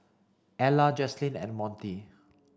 Ela Jaslene and Monte